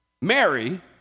Mary